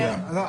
לא,